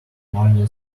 narnia